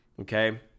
Okay